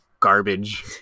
garbage